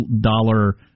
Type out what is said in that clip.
dollar